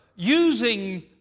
Using